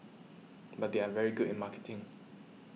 but they are very good in marketing